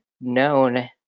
known